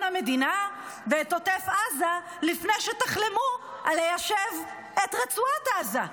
המדינה ואת עוטף עזה לפני שתחלמו על ליישב את רצועת עזה.